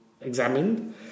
examined